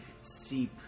seep